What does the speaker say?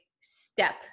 step